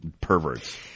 perverts